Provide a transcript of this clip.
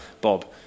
Bob